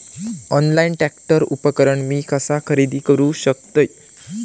Online tractor उपकरण मी कसा खरेदी करू शकतय?